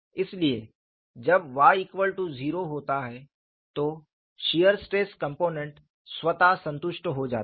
इसलिए जब y0 होता है तो शियर स्ट्रेस कॉम्पोनेन्ट स्वतः संतुष्ट हो जाता है